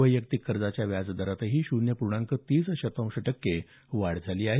वैयक्तिक कर्जाच्या व्याज दरातही शून्य पूर्णांक तीस शतांश टक्के वाढ झाली आहे